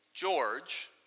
George